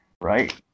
Right